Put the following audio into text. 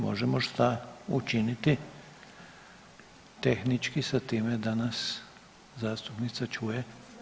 Možemo šta učiniti tehnički sa time da nas zastupnica čuje?